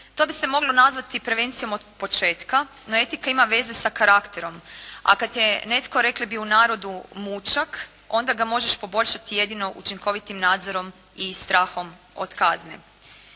To bi se moglo nazvati prevencijom od početka, no etika ima veze sa karakterom, a kada je netko rekli bi u narodu "mućak" onda ga možeš poboljšati jedino učinkovitim nadzorom i strahom od kazne.